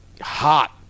hot